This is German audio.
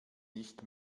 nicht